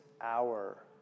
hour